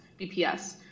BPS